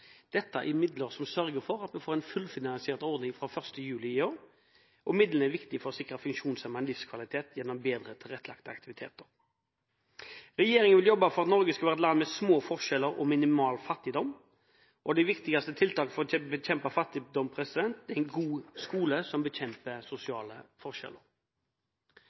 Dette er midler som sørger for at vi får en fullfinansiert ordning fra 1. juli i år. Midlene er viktige for å sikre funksjonshemmede en livskvalitet gjennom bedre tilrettelagte aktiviteter. Regjeringen vil jobbe for at Norge skal være et land med små forskjeller og minimal fattigdom. De viktigste tiltakene for å bekjempe fattigdom er en god skole som bekjemper sosiale forskjeller.